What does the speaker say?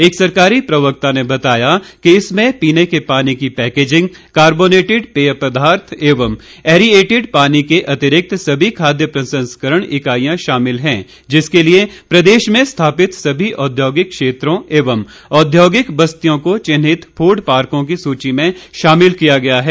एक सरकारी प्रवक्ता ने बताया कि इसमें पीने के पानी की पैकेजिंग कार्बोनेटिड पेय पदार्थ एवं ऐरिएटिड पानी के अतिरिक्त सभी खाद्य प्रसंस्करण इकाईयां शामिल हैं जिसके लिए प्रदेश में स्थापित समी औद्योगिक क्षेत्रों एवं औद्योगिक बस्तियों को विन्हित फूड पाकॉ की सूची में शामिल किया गया है